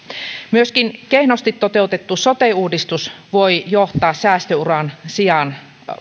myöskin kehnosti toteutettu sote uudistus voi johtaa säästöuran sijaan